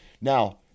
now